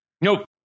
nope